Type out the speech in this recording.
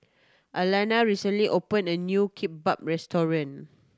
Alannah recently opened a new Kimbap Restaurant